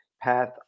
Path